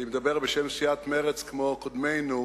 אני מדבר בשם סיעת מרצ, כמו קודמינו